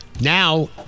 Now